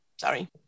sorry